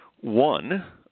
one